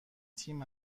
تیم